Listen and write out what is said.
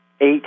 eight